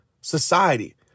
society